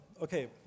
Okay